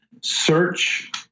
search